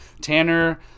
Tanner